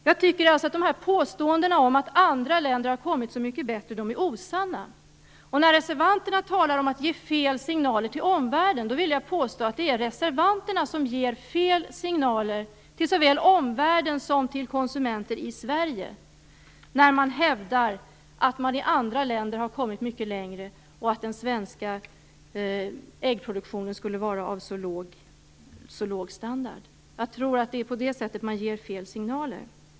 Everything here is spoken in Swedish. Jag tycker alltså att påståendena om att andra länder har kommit så mycket längre är osanna. Reservanterna talar om att ge fel signaler till omvärlden. Men jag vill påstå att det är reservanterna som ger fel signaler såväl till omvärlden som till konsumenter i Sverige, när de hävdar att man har kommit längre i andra länder och att den svenska äggproduktionen håller så låg standard. Jag tror att det är på det sättet man ger fel signaler.